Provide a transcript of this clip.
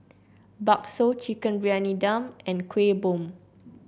bakso Chicken Briyani Dum and Kuih Bom